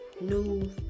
new